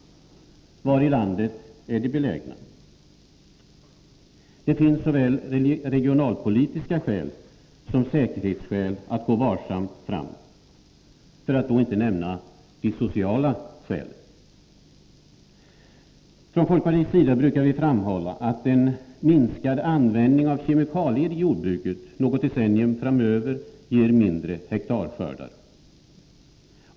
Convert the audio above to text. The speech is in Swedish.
Var i landet är de belägna? Det finns såväl regionalpolitiska skäl som säkerhetsskäl att gå varsamt fram, för att inte nämna de sociala skälen. Från folkpartiets sida brukar vi framhålla att en minskad användning av kemikalier i jordbruket något decennium framöver ger mindre hektarskördar.